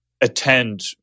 attend